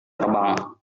terbang